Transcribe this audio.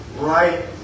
right